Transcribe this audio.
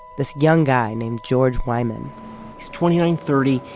this young guy named george wyman he's twenty nine, thirty,